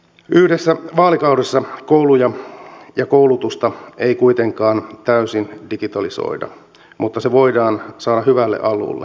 yhdessä vaalikaudessa kouluja ja koulutusta ei kuitenkaan täysin digitalisoida mutta se voidaan saada hyvälle alulle